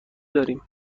داریم